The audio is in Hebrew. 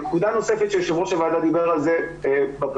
נקודה נוספת שיו"ר הוועדה דיבר על זה בפתיח,